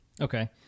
Okay